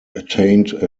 attained